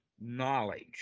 knowledge